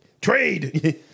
Trade